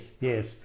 yes